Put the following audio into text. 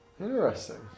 Interesting